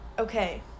Okay